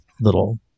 little